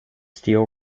steel